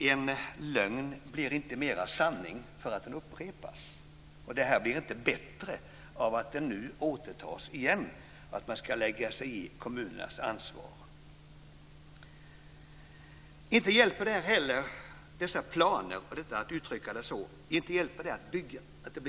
En lögn blir inte mera sanning för att den upprepas. Det blir inte bättre av att det nu återtas igen att man ska lägga sig i kommunernas ansvar. Det blir inte mera byggt med hjälp av dessa planer, och att uttrycka det så. Jag kan inte förstå det.